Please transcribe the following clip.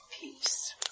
peace